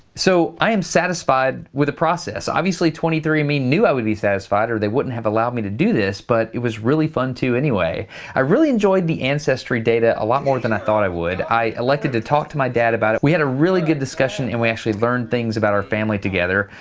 so i am satisfied with the process obviously twenty three andme knew i would be satisfied or they wouldn't have allowed me to do this, but it was really fun to anyway i really enjoyed the ancestry data a lot more than i thought i would i elected to talk to my dad about it we had a really good discussion, and we actually learned things about our family together.